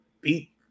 beat